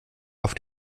auf